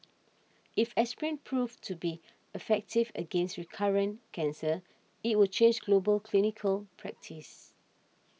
if aspirin proves to be effective against recurrent cancer it will change global clinical practice